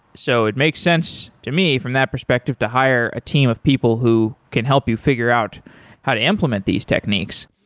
so it makes sense to me from that perspective to hire a team of people who can help you figure out how to implement these techniques.